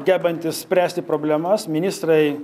gebantis spręsti problemas ministrai